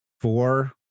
four